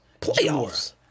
Playoffs